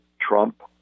Trump